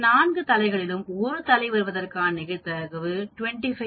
இந்த நான்கு முறைகளில் ஒரு தலை வருவதற்கான நிகழ்தகவு 25